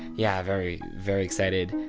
yeah, very, very excited.